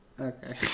okay